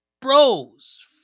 Bros